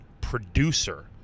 producer